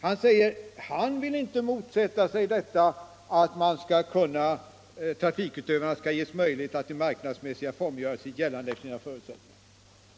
Han säger att han inte vill motsätta sig att trafikutövarna skall ges möjligheter att i marknadsmässiga former göra sig gällande efter sina förutsättningar.